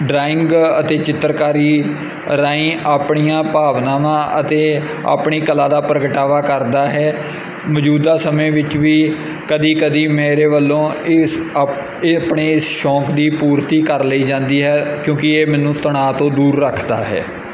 drawing ਅਤੇ ਚਿੱਤਰਕਾਰੀ ਰਾਹੀਂ ਆਪਣੀਆਂ ਭਾਵਨਾਵਾਂ ਅਤੇ ਆਪਣੀ ਕਲਾ ਦਾ ਪ੍ਰਗਟਾਵਾ ਕਰਦਾ ਹੈ ਮੌਜੂਦਾ ਸਮੇਂ ਵਿੱਚ ਵੀ ਕਦੇ ਕਦੇ ਮੇਰੇ ਵੱਲੋਂ ਇਸ ਆਪ ਇਹ ਆਪਣੇ ਸ਼ੌਂਕ ਦੀ ਪੂਰਤੀ ਕਰ ਲਈ ਜਾਂਦੀ ਹੈ ਕਿਉਂਕਿ ਇਹ ਮੈਨੂੰ ਤਨਾਅ ਤੋਂ ਦੂਰ ਰੱਖਦਾ ਹੈ